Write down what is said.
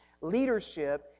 leadership